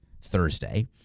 Thursday